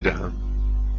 دهم